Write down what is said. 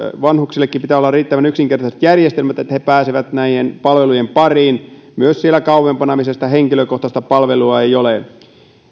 vanhuksillekin pitää olla riittävän yksinkertaiset järjestelmät että he pääsevät näiden palvelujen pariin myös siellä kauempana missä sitä henkilökohtaista palvelua ei ole